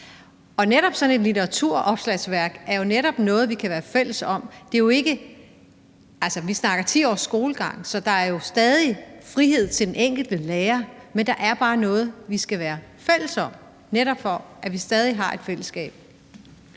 om, og sådan et litteraturopslagsværk er jo netop noget, vi kan være fælles om. Vi snakker 10 års skolegang, så der er jo stadig frihed til den enkelte lærer, men der er bare noget, vi skal være fælles om, netop for at vi stadig kan have et fællesskab.